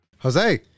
Jose